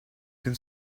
can